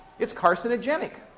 it's carcinogenic.